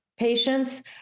patients